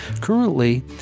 Currently